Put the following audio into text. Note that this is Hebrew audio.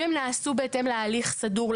אם הם נעשו בהתאם להליך סדור,